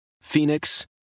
Phoenix